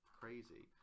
crazy